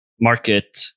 market